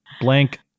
blank